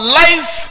life